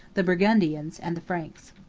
the burgundians, and the franks.